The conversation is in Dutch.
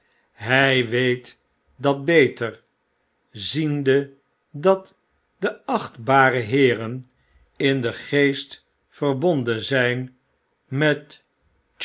hy weet dat beter ziende dat de achtbare heeren in den geest verbonden zyn met